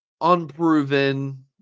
unproven